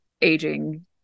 aging